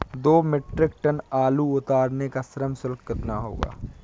दो metric ton आलू उतारने का श्रम शुल्क कितना होगा?